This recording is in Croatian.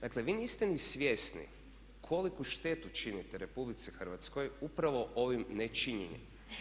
Dakle, vi niste ni svjesni koliku štetu činite RH upravo ovim ne činjenjem.